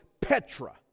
Petra